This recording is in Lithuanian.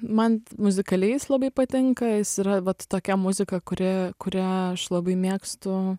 man muzikaliai jis labai patinka jis yra vat tokia muzika kuri kurią aš labai mėgstu